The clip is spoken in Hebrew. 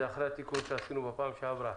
זה אחרי התיקון שעשינו בפעם שעברה?